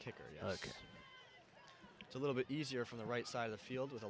kicker it's a little bit easier for the right side of the field with